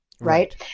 Right